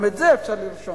גם את זה אפשר לרשום.